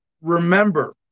remember